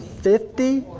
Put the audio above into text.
fifty,